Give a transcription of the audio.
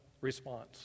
response